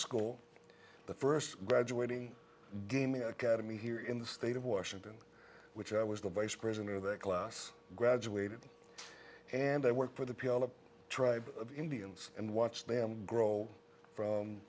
school the first graduating gaming academy here in the state of washington which i was the vice president or that class graduated and i worked for the p l o tribe of indians and watched them grow from